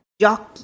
Jockey